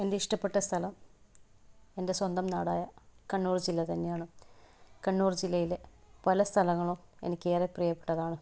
എൻ്റെ ഇഷ്ടപ്പെട്ട സ്ഥലം എൻ്റെ സ്വന്തം നാടായ കണ്ണൂർ ജില്ല തന്നെയാണ് കണ്ണൂർ ജില്ലയിലെ പല സ്ഥലങ്ങളും എനിക്കേറെ പ്രീയപ്പെട്ടതാണ്